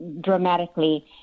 dramatically